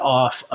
off